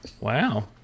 Wow